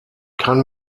kann